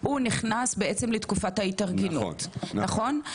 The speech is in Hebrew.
הוא נכנס בעצם לתקופת ההתארגנות נכון?